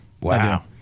Wow